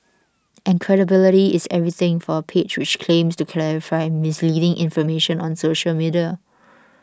and credibility is everything for a page which claims to clarify misleading information on social media